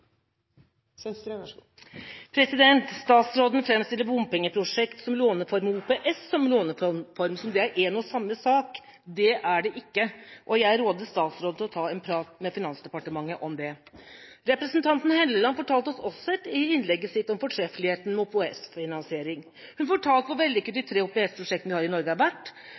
og samme sak. Det er det ikke. Jeg råder statsråden til å ta en prat med Finansdepartementet om det. Også representanten Hofstad Helleland fortalte oss i innlegget sitt om fortreffeligheten ved OPS-finansiering. Hun fortalte hvor vellykket de tre OPS-prosjektene vi har i Norge, har vært.